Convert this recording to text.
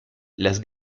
las